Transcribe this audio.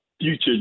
future